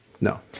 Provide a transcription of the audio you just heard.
No